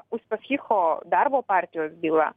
uspaskicho darbo partijos byla